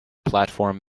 platform